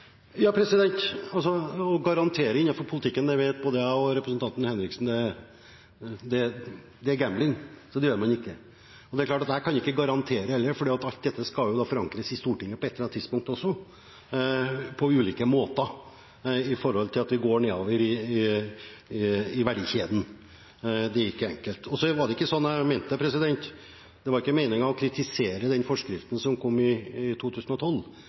Å garantere innenfor politikken – det vet både jeg og representanten Henriksen at er gambling, så det gjør man ikke. Jeg kan ikke garantere, for alt dette skal også forankres i Stortinget på et eller annet tidspunkt, på ulike måter, med tanke på at vi går nedover i verdikjeden. Det er ikke enkelt. Det var ikke meningen å kritisere den forskriften som kom i 2012, det var ikke sånn jeg mente det. Jeg tror vi har tatt lærdom av den også, for det forslaget til forskrift som de rød-grønne la fram, ga så mange innspill i